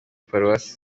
paruwasi